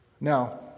Now